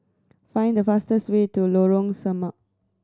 find the fastest way to Lorong Samak